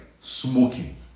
smoking